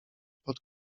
pod